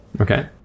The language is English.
Okay